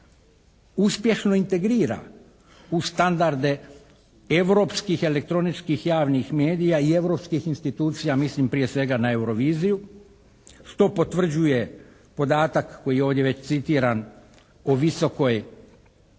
uspješno integrira u standarde europskih, elektroničkih javnih medija i europskih institucija. Mislim prije svega na Euroviziju. Što potvrđuje podatak koji je ovdje već citiran o visokoj